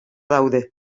daude